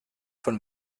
von